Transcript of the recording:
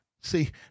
See